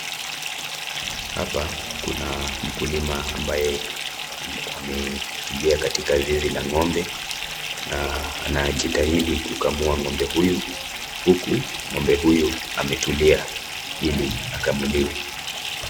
Hapa kuna mkulima ambaye ametulia katika zizi la ng'ombe na anajitahidi kukamua ng'ombe huyu, huku ng'ombe huyu ametulia ili akamuliwe.